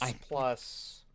plus